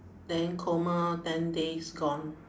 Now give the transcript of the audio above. then coma ten days gone